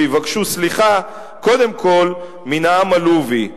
ויבקשו סליחה קודם כול מן העם הלובי.